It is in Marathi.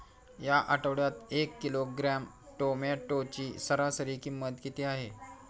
या आठवड्यात एक किलोग्रॅम टोमॅटोची सरासरी किंमत किती आहे?